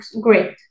great